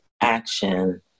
action